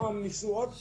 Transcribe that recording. פעם ניסו עוד פעם.